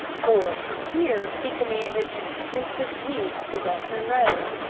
for from here he commanded an extensive view of the western road.